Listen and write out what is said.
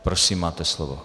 Prosím, máte slovo.